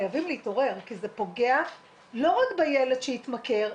חייבים להתעורר כי זה פוגע לא רק בילד שהתמכר,